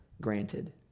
granted